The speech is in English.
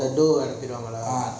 dough அனுப்பிடுவாங்களா:anupiduvangala